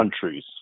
countries